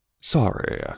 Sorry